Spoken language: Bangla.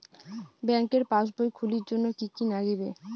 ব্যাঙ্কের পাসবই খুলির জন্যে কি কি নাগিবে?